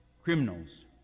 criminals